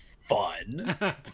fun